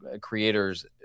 creators